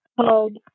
called